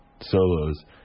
solos